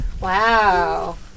Wow